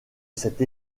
cette